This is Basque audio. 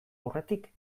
aurretik